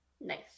Nice